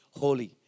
holy